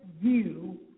view